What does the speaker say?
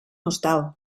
hostal